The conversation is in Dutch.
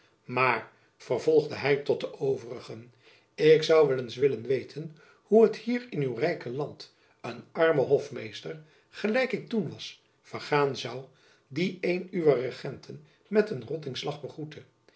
maar vervolgde hy tot de overigen ik zoû wel eens willen weten hoe het hier in uw vrije land een armen hofmeester gelijk ik toen was vergaan zoû die een uwer regenten met een rottingslag begroette